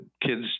kids